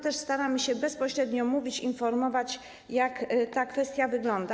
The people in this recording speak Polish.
Też staramy się bezpośrednio mówić, informować, jak ta kwestia wygląda.